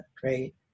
great